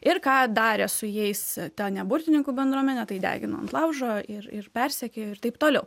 ir ką darė su jais ta ne burtininkų bendruomenė tai degino ant laužo ir ir persekiojo ir taip toliau